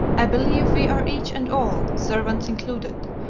i believe we are each and all, servants included,